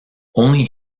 only